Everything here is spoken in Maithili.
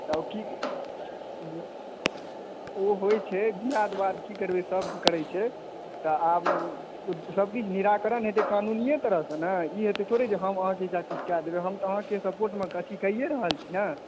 सब किछु जे ओ होइ छै दियाद बाद की करबै सबके करै छै आब सब किछु निराकरण हेतै कानूनिये तरह सॅं ने ई हेतै थोरी जे हम अहाँके हिसाब सॅं किछु कय देबै हम तऽ अहाँके सपोट मे अथी कैये रहल छी ने